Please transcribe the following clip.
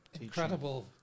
incredible